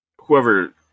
Whoever